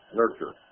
nurture